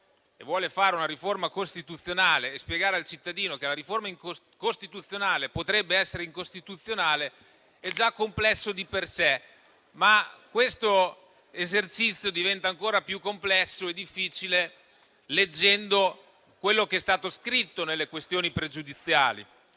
vuole fare una riforma costituzionale e che tale riforma potrebbe essere incostituzionale è già complesso di per sé. Questo esercizio diventa ancora più complesso e difficile leggendo quello che è stato scritto nelle questioni pregiudiziali.